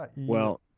but well,